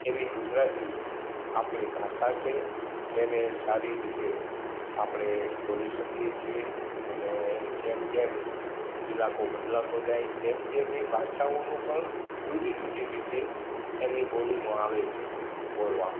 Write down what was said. એવી ગુજરાતી આપણી ભાષા છે જેને સારી રીતે આપણે બોલી શકીએ છીએ એને જેમ જેમ ઈલાકો બદલાતો જાય તેમ તેમ એ ભાષાઓનું પણ જુદી જુદી રીતે એની બોલીમાં આવે છે બોલવામાં